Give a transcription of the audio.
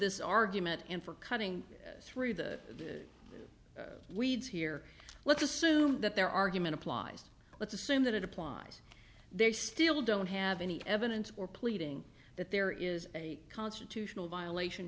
this argument and for cutting through the weeds here let's assume that their argument applies let's assume that it applies they still don't have any evidence or pleading that there is a constitutional violation